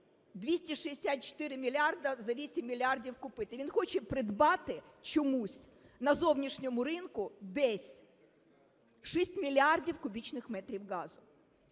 264 мільярди, за 8 мільярдів купити. Він хоче придбати чомусь на зовнішньому ринку десь 6 мільярдів кубічних метрів газу.